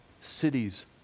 cities